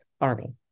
Army